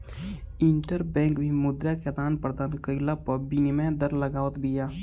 interbank भी मुद्रा के आदान प्रदान कईला पअ विनिमय दर लगावत बिया